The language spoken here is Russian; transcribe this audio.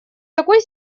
такой